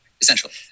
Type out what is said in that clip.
essentially